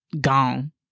gone